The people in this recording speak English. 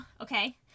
Okay